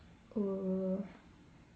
oh